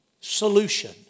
solution